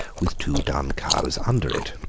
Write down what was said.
with two dun cows under it.